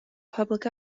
public